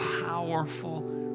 powerful